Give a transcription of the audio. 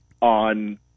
on